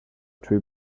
tree